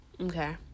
Okay